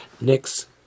next